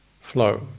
flow